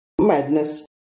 Madness